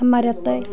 আমাৰ ইয়াতে